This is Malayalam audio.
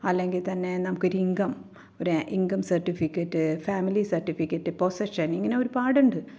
അല്ലെങ്കിൽ തന്നെ നമുക്ക് ഒരു ഇൻകം ഒരു income certificate family certificate possession ഇങ്ങനെ ഒരുപാടുണ്ട്